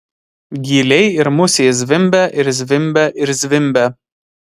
gyliai ir musės zvimbia ir zvimbia ir zvimbia